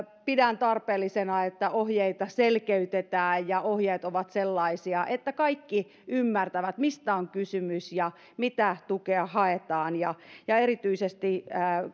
pidän tarpeellisena että ohjeita selkeytetään ja ohjeet ovat sellaisia että kaikki ymmärtävät mistä on kysymys ja mitä tukea haetaan ja ja erityisesti